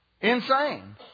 insane